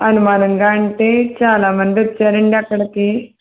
అనుమానంగా అంటే చాలా మంది వచ్చారండి అక్కడికి